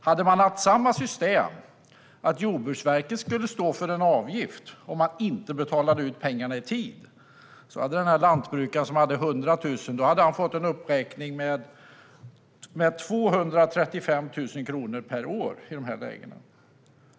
Hade man haft samma system så att Jordbruksverket skulle stå för en avgift om man inte betalade ut pengarna i tid, då hade lantbrukaren som skulle ha 100 000 fått en uppräkning med 235 000 kronor per år.